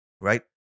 right